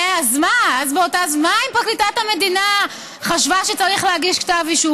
אז מה אם פרקליטת המדינה חשבה שצריך להגיש כתב אישום?